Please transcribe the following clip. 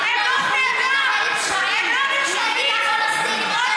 אתם לא יכולים לנהל פשעים נגד הפלסטינים.